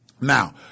Now